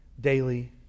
daily